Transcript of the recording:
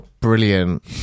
brilliant